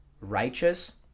righteous